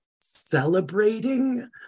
celebrating